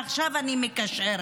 עכשיו אני מקשרת.